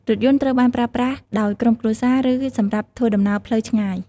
រថយន្តត្រូវបានប្រើប្រាស់ដោយក្រុមគ្រួសារ ឬសម្រាប់ធ្វើដំណើរផ្លូវឆ្ងាយ។